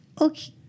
Okay